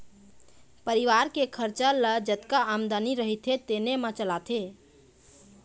परिवार के खरचा ल जतका आमदनी रहिथे तेने म चलाथे